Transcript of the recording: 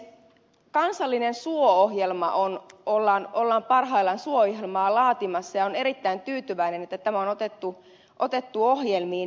kansallista suo ohjelmaa ollaan parhaillaan laatimassa ja olen erittäin tyytyväinen että tämä on otettu ohjelmiin